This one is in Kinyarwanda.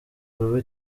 rube